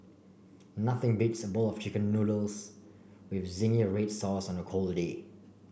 nothing beats a bowl of chicken noodles with zingy red sauce on a cold day